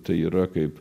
tai yra kaip